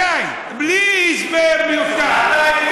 תענה לי מתי, בלי הסבר מיותר.